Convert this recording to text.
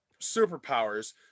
superpowers